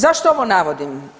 Zašto ovo navodim?